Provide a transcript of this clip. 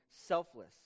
selfless